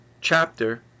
chapter